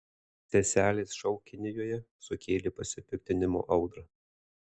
seselės šou kinijoje sukėlė pasipiktinimo audrą